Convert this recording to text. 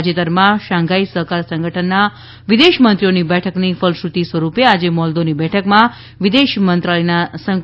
તાજેતરમાં શાંઘાઈ સહકાર સંગઠનના વિદેશમંત્રીઓની બેઠકની ફલશ્રુતિ સ્વરૂપે આજે મોલ્દોની બેઠકમાં વિદેશમંત્રાલયના સંયુક્ત સચિવ પણ જોડાયા છે